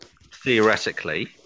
theoretically